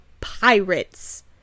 pirates